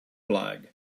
flag